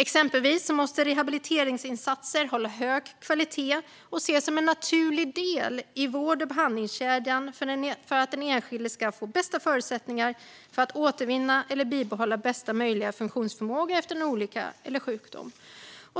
Exempelvis måste rehabiliteringsinsatser hålla hög kvalitet och ses som en naturlig del i vård och behandlingskedjan för att den enskilde ska få de bästa förutsättningarna för att återvinna eller bibehålla bästa möjliga funktionsförmåga efter en olycka eller sjukdom.